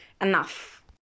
enough